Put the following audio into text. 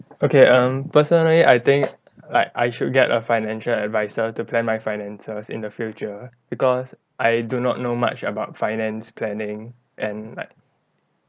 okay um personally I think like I should get a financial adviser to plan my finances in the future because I do not know much about finance planning and like